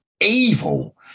evil